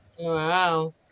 Wow